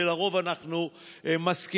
ולרוב אנחנו מסכימים,